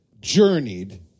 journeyed